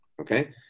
Okay